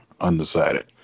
undecided